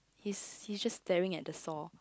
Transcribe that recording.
he's he's just staring at the saw